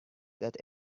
that